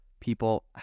People